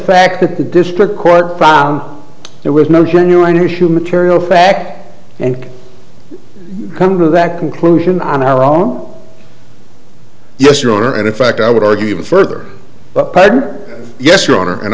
fact that the district court found there was no genuine issue material fact and come to that conclusion on our own yes your honor and in fact i would argue even further but yes your honor and